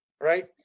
right